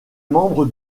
membre